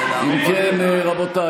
רבותיי,